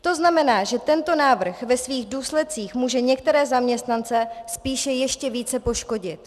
To znamená, že tento návrh ve svých důsledcích může některé zaměstnance spíše ještě více poškodit.